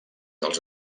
dels